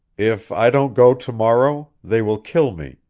if i don't go to-morrow they will kill me,